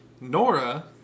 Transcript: Nora